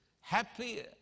happy